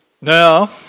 Now